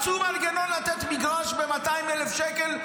מצאו מנגנון לתת מגרש ב-200,000 שקל,